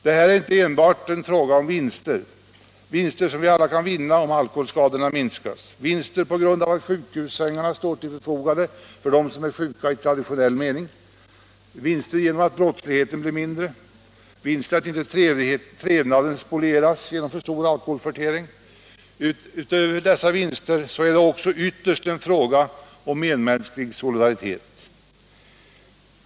Detta är inte enbart en fråga om vinster, vinster som vi alla kan vinna om alkoholskadorna minskas, vinster på grund av att sjukhussängarna därigenom står till förfogande för dem som är sjuka i traditionell mening, vinster genom att brottsligheten blir mindre, vinster genom att inte trevnaden spolieras av för stor alkoholförtäring. Utöver dessa vinster är det här också ytterst en fråga om medmänsklig solidaritet.